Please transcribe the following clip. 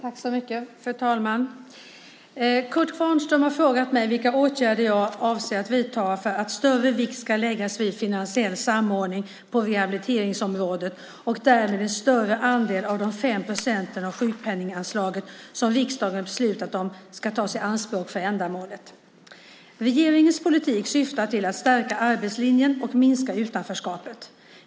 Fru talman! Kurt Kvarnström har frågat mig vilka åtgärder jag avser att vidta för att större vikt ska läggas vid finansiell samordning på rehabiliteringsområdet och att därmed en större andel av de 5 procent av sjukpenninganslaget som riksdagen beslutat om ska tas i anspråk för ändamålet. Regeringens politik syftar till att stärka arbetslinjen och minska utanförskapet.